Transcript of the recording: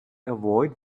avoid